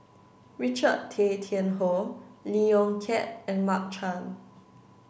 Richard Tay Tian Hoe Lee Yong Kiat and Mark Chan